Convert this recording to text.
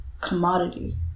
commodity